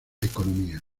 economía